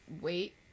Wait